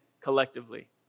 collectively